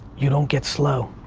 you don't get slow.